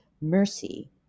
mercy